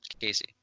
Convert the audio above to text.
Casey